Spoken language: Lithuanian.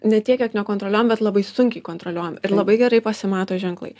ne tiek kiek nekontroliuojam bet labai sunkiai kontroliuojam ir labai gerai pasimato ženklai